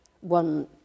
one